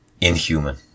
inhuman